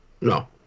No